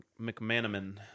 mcmanaman